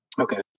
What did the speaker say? Okay